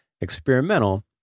experimental